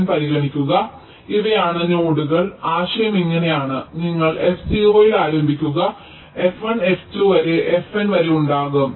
fn പരിഗണിക്കുക ഇവയാണ് നോഡുകൾ ആശയം ഇങ്ങനെയാണ് നിങ്ങൾ f0 ൽ ആരംഭിക്കുക f1 f2 വരെ fn വരെ ഉണ്ടാകും